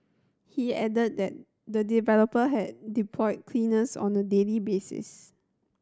he added that the developer had deployed cleaners on a daily basis